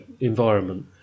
environment